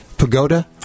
pagoda